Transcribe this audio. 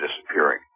disappearing